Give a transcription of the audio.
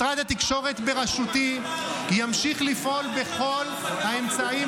משרד התקשורת בראשותי ימשיך לפעול בכל האמצעים